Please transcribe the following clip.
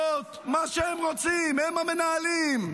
(חבר הכנסת גלעד קריב יוצא מאולם המליאה.)